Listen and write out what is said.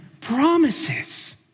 promises